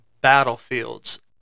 battlefields